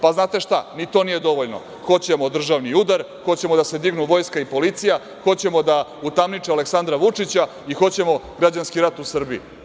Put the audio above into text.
Pa znate šta, ni to nije dovoljno, hoćemo državni udar, hoćemo da se dignu vojska i policija, hoćemo da utamniče Aleksandra Vučića i hoćemo građanski rat u Srbiji.